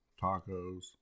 tacos